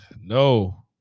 No